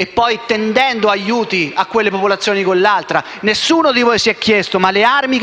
e poi tendendo aiuti a quelle popolazioni con l'altra. Nessuno di voi si è chiesto: ma le armi